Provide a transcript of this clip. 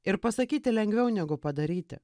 ir pasakyti lengviau negu padaryti